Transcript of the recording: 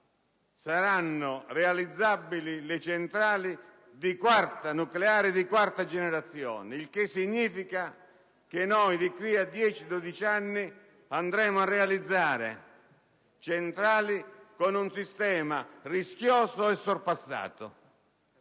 saranno realizzabili le centrali nucleari di quarta generazione. Questo significa che di qui a dieci o dodici anni andremo a realizzare centrali nucleari con un sistema rischioso e sorpassato,